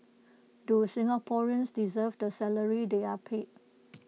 do Singaporeans deserve the salaries they are paid